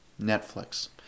Netflix